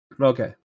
Okay